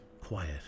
quiet